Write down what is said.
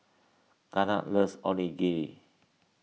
Garnet loves Onigiri